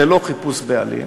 ללא חיפוש בעלים,